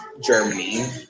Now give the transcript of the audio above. Germany